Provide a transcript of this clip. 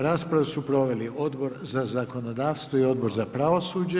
Raspravu su proveli Odbor za zakonodavstvo i Odbor za pravosuđe.